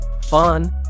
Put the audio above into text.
fun